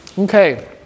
Okay